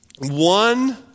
one